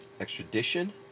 extradition